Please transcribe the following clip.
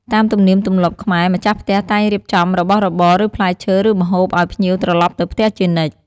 តាមទំនៀមទម្លាប់ខ្មែរម្ចាស់ផ្ទះតែងរៀបចំរបស់របរ ឬផ្លែឈើ ឬម្ហូប អោយភ្ញៀវត្រឡប់ទៅផ្ទះជានិច្ច។